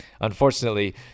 unfortunately